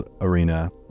Arena